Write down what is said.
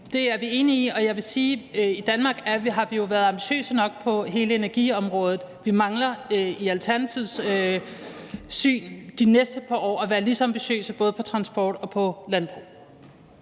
Det er vi enige i, og jeg vil sige, at i Danmark har vi jo været ambitiøse nok på hele energiområdet. Vi mangler i Alternativets optik at være lige så ambitiøse de næste par år både